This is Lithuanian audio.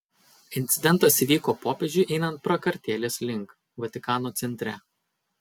incidentas įvyko popiežiui einant prakartėlės link vatikano centre